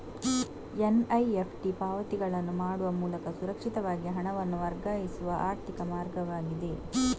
NEFT ಪಾವತಿಗಳನ್ನು ಮಾಡುವ ಮೂಲಕ ಸುರಕ್ಷಿತವಾಗಿ ಹಣವನ್ನು ವರ್ಗಾಯಿಸುವ ಆರ್ಥಿಕ ಮಾರ್ಗವಾಗಿದೆ